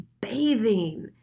bathing